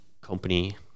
company